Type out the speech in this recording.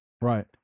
Right